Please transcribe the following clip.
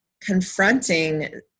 confronting